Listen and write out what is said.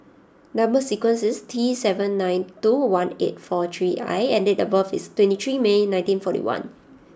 number sequence is T seven nine two one eight four three I and date of birth is twenty three May nineteen forty one